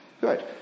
Good